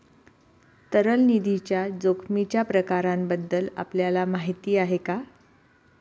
तरल निधीच्या जोखमीच्या प्रकारांबद्दल आपल्याला माहिती आहे का?